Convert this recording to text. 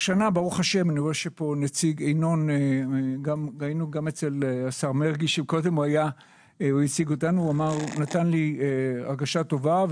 השנה ברוך השם היינו גם אצל השר מרגי שנתן לי הרגשה טובה,